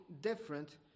different